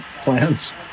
plans